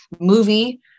movie